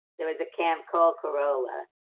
there was a camp called corolla,